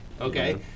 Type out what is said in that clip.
okay